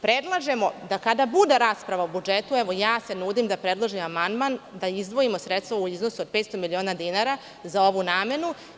Predlažemo da kada bude rasprava o budžetu, evo ja se nudim da predložim amandman, da izdvojimo sredstva u iznosu od 500 miliona dinara za ovu namenu.